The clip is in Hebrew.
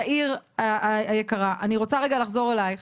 תאיר היקרה, אני רוצה רגע לחזור אלייך.